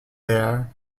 there